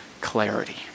clarity